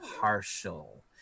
partial